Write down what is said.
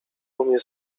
umie